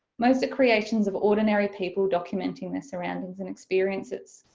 most are creations of ordinary people documenting their surroundings and experiences.